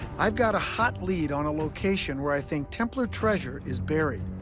i've got a hot lead on a location where i think templar treasure is buried.